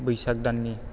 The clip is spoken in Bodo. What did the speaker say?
बैसाग दाननि